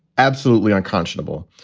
absolutely unconscionable.